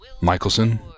Michelson